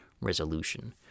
resolution